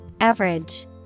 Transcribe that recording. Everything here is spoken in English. Average